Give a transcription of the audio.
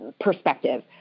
perspective